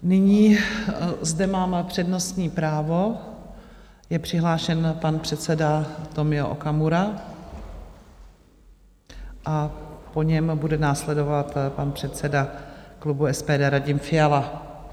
Nyní zde mám přednostní právo, je přihlášen pan předseda Tomio Okamura a po něm bude následovat pan předseda klubu SPD Radim Fiala.